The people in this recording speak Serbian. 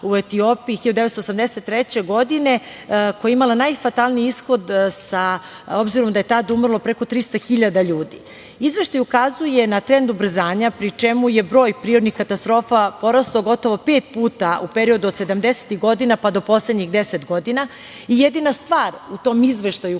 u Etiopiji 1983. godine, koja je imala najfatalniji ishod, obzirom da je tada umrlo preko 300 hiljada ljudi. Izveštaj ukazuje na trend ubrzanja, pri čemu je broj prirodnih katastrofa porastao gotovo pet puta u periodu od sedamdesetih godina, pa do poslednjih deset godina i jedina stvar u tom izveštaju